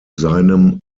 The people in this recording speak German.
seinem